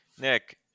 Nick